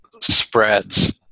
spreads